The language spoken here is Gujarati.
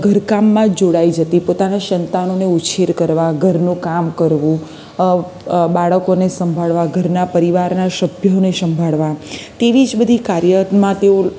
ઘર કામમાં જ જોડાઈ જતી પોતાનાં સંતાનોને ઉછેર કરવાં ઘરનું કામ કરવું બાળકોને સંભાળવાં ઘરના પરિવારના સભ્યોને સંભાળવા તેવી જ બધી કાર્યમાં તેઓ